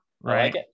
right